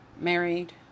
married